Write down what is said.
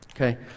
Okay